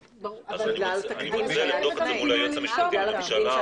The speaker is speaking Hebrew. אני מציע לבדוק את זה מול היועץ המשפטי לממשלה.